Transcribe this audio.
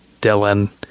Dylan